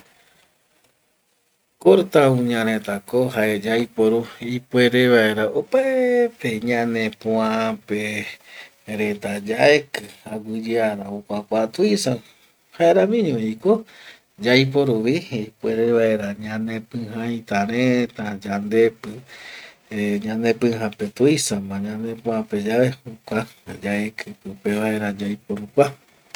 Korta uña retako jae yaiporu ipuere vaera opaeeeete ñanepoape reta yaeki aguiyeara okuakua tuisa jaeramiñoviko ipuere vaera ñanepijaita reta yandepi ñanepijape tuisama ñanepoape yave jokua yaiki pipe vaera yaiporu kua